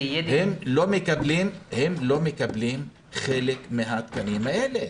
הם לא מקבלים חלק מהתקנים האלה.